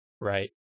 Right